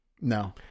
No